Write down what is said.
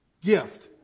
gift